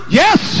yes